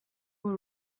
were